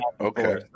Okay